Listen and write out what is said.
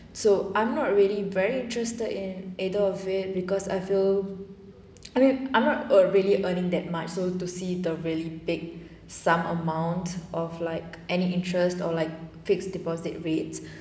so I'm not really very interested in either of it because I feel I mean I'm not really earning that much so to see the really big sum amount of like any interest or like fixed deposit rates